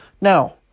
Now